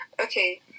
Okay